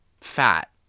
Fat